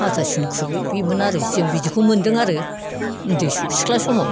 हाथासुनि खुरबाय बेमोन आरो जों बिदिखौ मोन्दों आरो उन्दै सिख्ला समाव